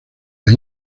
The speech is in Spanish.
las